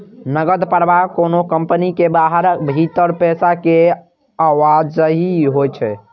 नकद प्रवाह कोनो कंपनी के बाहर आ भीतर पैसा के आवाजही होइ छै